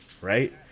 right